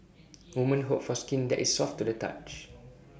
women hope for skin that is soft to the touch